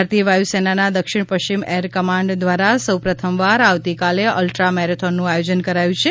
ભારતીય વાયુસેનાના દક્ષિણ પશ્ચિમ એર કમાન્ડ દ્વારા સૌપ્રથમવાર આવતીકાલે અલ્ટ્રા મેરેથોનનું આયોજન કરાયું છે